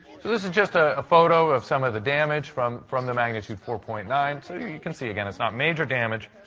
so this is just a photo of some of the damage from from the magnitude four point nine. so you can see again, it's not major damage.